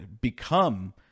become